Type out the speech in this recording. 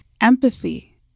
empathy